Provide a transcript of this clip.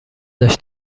داشت